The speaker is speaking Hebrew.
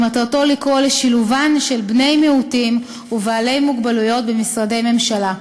שמטרתו לקרוא לשילובם של בני מיעוטים ובעלי מוגבלויות במשרדי ממשלה.